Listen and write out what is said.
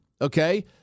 okay